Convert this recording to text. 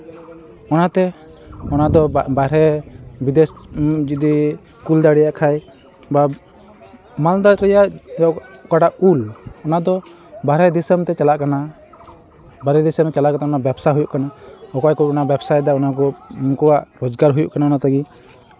ᱚᱱᱟᱛᱮ ᱚᱱᱟᱫᱚ ᱵᱟᱦᱨᱮ ᱵᱤᱫᱮᱥ ᱡᱩᱫᱤ ᱠᱩᱞ ᱫᱟᱲᱮᱭᱟᱜ ᱠᱷᱟᱱ ᱵᱟ ᱢᱟᱞᱫᱟ ᱨᱮᱭᱟᱜ ᱚᱠᱟᱴᱟᱜ ᱩᱞ ᱚᱱᱟᱫᱚ ᱵᱟᱦᱨᱮ ᱫᱤᱥᱚᱢ ᱛᱮ ᱪᱟᱞᱟᱜ ᱠᱟᱱᱟ ᱵᱟᱦᱨᱮ ᱫᱤᱥᱚᱢ ᱪᱟᱞᱟᱣ ᱠᱟᱛᱮᱫ ᱚᱱᱟ ᱵᱮᱵᱽᱥᱟ ᱦᱩᱭᱩᱜ ᱠᱟᱱᱟ ᱚᱠᱚᱭ ᱠᱚ ᱵᱮᱵᱽᱥᱟᱭᱮᱫᱟ ᱚᱱᱟᱠᱚ ᱩᱱᱠᱩᱣᱟᱜ ᱨᱳᱡᱽᱜᱟᱨ ᱦᱩᱭᱩᱜ ᱠᱟᱱᱟ ᱚᱱᱟ ᱛᱮᱜᱮ